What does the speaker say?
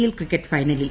L cricket ഫൈനലിൽ